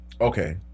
Okay